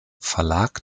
verlag